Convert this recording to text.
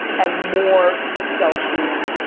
and more excel sheets,